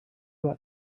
ought